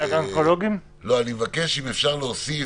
אני מבקש אם אפשר להוסיף,